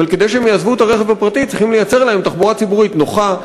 אבל כדי שהם יעזבו את הרכב הפרטי צריכים לייצר להם תחבורה ציבורית נוחה,